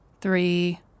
three